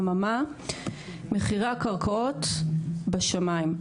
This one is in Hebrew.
אממה, מחירי הקרקעות בשמיים.